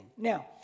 Now